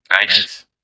Nice